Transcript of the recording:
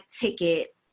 ticket